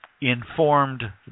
informed